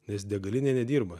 nes degalinė nedirba